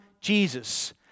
Jesus